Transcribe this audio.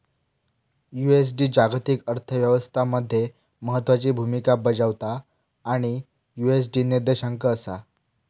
USD जागतिक अर्थ व्यवस्था मध्ये महत्त्वाची भूमिका बजावता आणि यु.एस.डी निर्देशांक असा